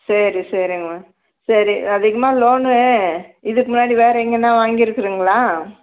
சரி சரிங்கம்மா சரி அதிகமாக லோனு இதுக்கு முன்னாடி வேறு எங்கேன்னா வாங்கி இருக்குறிங்களா